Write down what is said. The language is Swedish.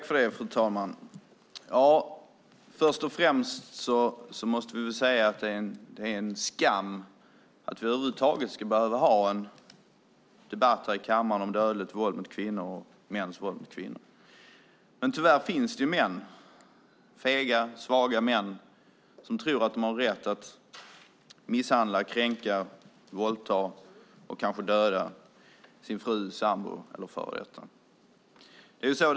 Fru talman! Först och främst måste det sägas att det är en skam att vi över huvud taget ska behöva ha en debatt här i kammaren om dödligt våld mot kvinnor och mäns våld mot kvinnor. Tyvärr finns det fega och svaga män som tror att de har rätt att misshandla, kränka, våldta och kanske döda sin fru, sambo, före detta fru eller sambo.